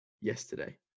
yesterday